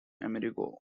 amerigo